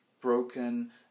broken